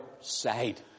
side